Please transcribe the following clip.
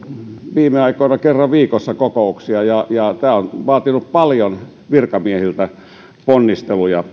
viime aikoina kerran viikossa kokouksia ja tämä kolme vuotta on vaatinut paljon ponnisteluja